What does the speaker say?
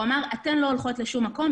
הוא אמר: אתן לא הולכות לשום מקום.